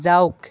যাওক